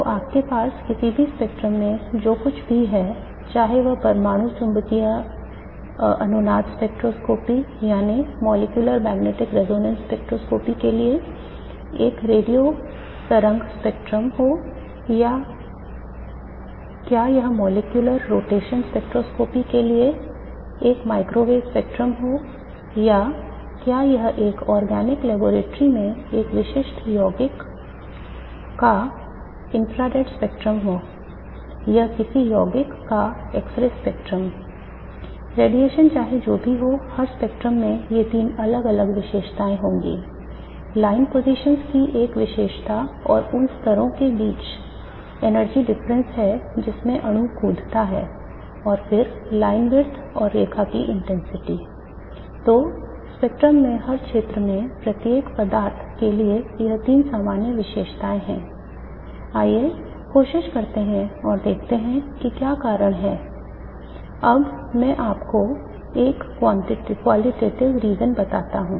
तो आपके पास किसी भी स्पेक्ट्रम में जो कुछ भी है चाहे वह परमाणु चुंबकीय अनुनाद स्पेक्ट्रोस्कोपी बताता हूँ